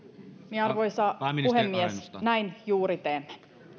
arvoisa puhemies näin juuri teemme